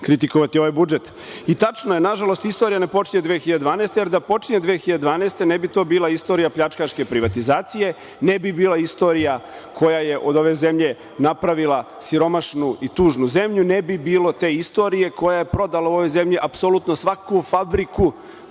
kritikovati ovaj budžet. I tačno je, nažalost, istorija ne počinje 2012. godine jer da počinje 2012, ne bi to bila istorija pljačkaške privatizacije, ne bi bila istorija koja je od ove zemlje napravila siromašnu i tužnu zemlju, ne bi bilo te istorije koja je prodala u ovoj zemlji apsolutno svaku fabriku